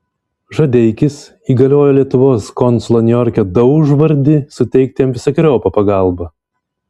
žadeikis įgaliojo lietuvos konsulą niujorke daužvardį suteikti jam visokeriopą pagalbą